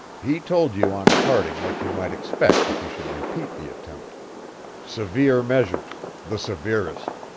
he told you on parting what you might expect if you should repeat the attempt severe measures, the severest.